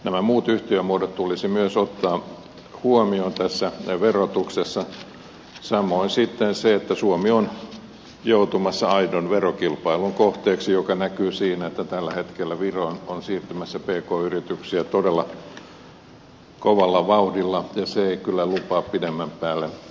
nämä muut yhtiömuodot tulisi myös ottaa huomioon tässä verotuksessa samoin sitten se että suomi on joutumassa aidon verokilpailun kohteeksi mikä näkyy siinä että tällä hetkellä viroon on siirtymässä pk yrityksiä todella kovalla vauhdilla ja se ei kyllä lupaa pidemmän päälle hyvää